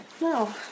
no